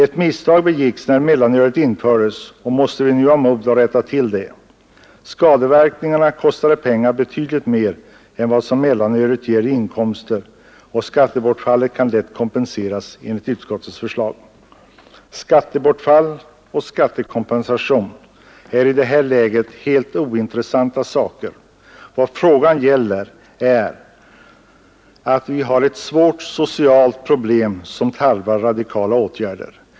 Ett misstag begicks när mellanölet infördes, och vi måste nu ha mod att rätta till det. Skadeverkningarna kostar i pengar betydligt mer än vad mellanölet ger i inkomster, och skattebortfallet kan lätt kompenseras enligt utskottets förslag. Skattebortfall och skattekompensation är i detta läge helt ointressanta saker. Vad frågan gäller är att vi har ett svårt socialt problem som tarvar radikala åtgärder.